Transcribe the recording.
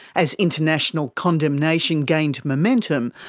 as international condemnation gained momentum,